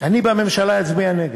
אני בממשלה אצביע נגד,